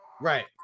Right